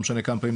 אבל מה יפה בזה,